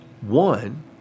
One